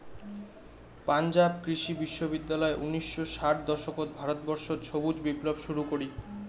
পাঞ্জাব কৃষি বিশ্ববিদ্যালয় উনিশশো ষাট দশকত ভারতবর্ষত সবুজ বিপ্লব শুরু করি